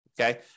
okay